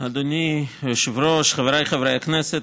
אדוני היושב-ראש, חבריי חברי הכנסת.